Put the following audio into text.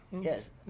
yes